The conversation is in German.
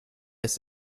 ist